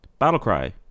Battlecry